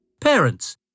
Parents